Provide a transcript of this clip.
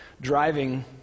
driving